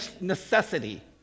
necessity